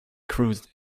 cruised